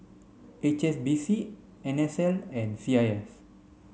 H S B C N S L and C I S